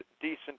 decent